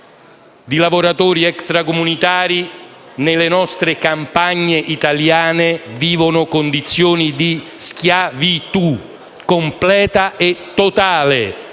di lavoratori extracomunitari, nelle nostre campagne italiane, vivono condizioni di completa e totale